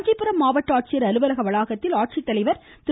காஞ்சிபுரம் மாவட்ட ஆட்சியர் அலுவலக வளாகத்தில் ஆட்சித்தலைவர் திரு